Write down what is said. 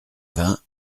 vingt